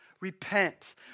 repent